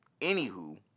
Anywho